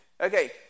Okay